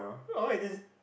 orh it is